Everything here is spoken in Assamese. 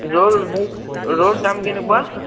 ৰৌ ৰৌৰ দাম কেনেকুৱা